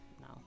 No